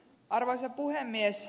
arvoisa puhemies